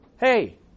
Hey